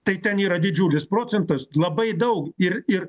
tai ten yra didžiulis procentas labai daug ir ir